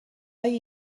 های